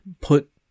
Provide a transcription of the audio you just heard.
put